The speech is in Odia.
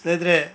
ସେଇଥିରେ